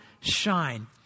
shine